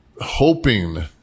hoping